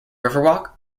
riverwalk